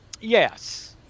Yes